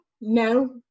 no